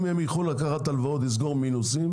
אם הם יוכלו לקחת הלוואות לסגור מינוסים